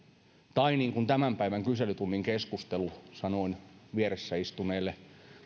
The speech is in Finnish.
niin kuin tämän päivän kyselytunnin keskustelussa sanoin vieressä istuneelle